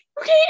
Okay